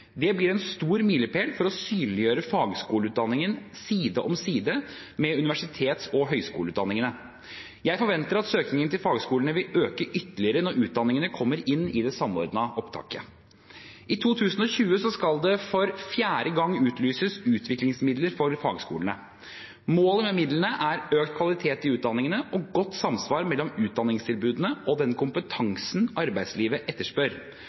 Det blir en stor milepæl for å synliggjøre fagskoleutdanningen side om side med universitets- og høyskoleutdanningene. Jeg forventer at søkingen til fagskolene vil øke ytterligere når utdanningene kommer inn i Samordna opptak. I 2020 skal det for fjerde gang utlyses utviklingsmidler for fagskolene. Målet med midlene er økt kvalitet i utdanningene og godt samsvar mellom utdanningstilbudene og den kompetansen arbeidslivet etterspør.